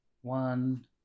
one